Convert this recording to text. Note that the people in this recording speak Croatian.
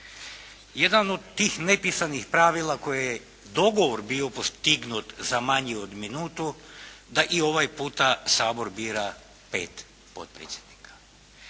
Jedan od tih nepisanih pravila koje je dogovor bio postignut za manje od minutu, da i ovaj puta Sabor bira pet potpredsjednika.